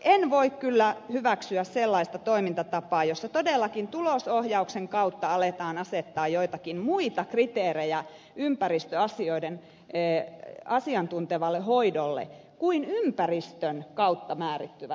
en voi kyllä hyväksyä sellaista toimintatapaa jossa todellakin tulosohjauksen kautta aletaan asettaa joitakin muita kriteerejä ympäristöasioiden asiantuntevalle hoidolle kuin ympäristön kautta määrittyvät tavoitteet